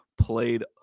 played